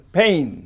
pain